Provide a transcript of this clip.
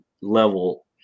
level